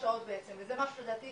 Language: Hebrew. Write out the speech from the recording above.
בעצם, וזה משהו שלדעתי